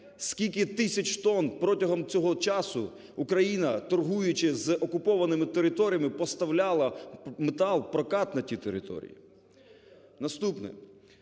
скільки тисяч тонн протягом цього часу Україна, торгуючи з окупованими територіями, поставляла метал, прокат на ті території? Наступне.